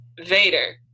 Vader